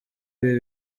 ibi